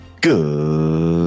Good